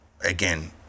again